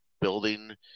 building